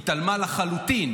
התעלמה לחלוטין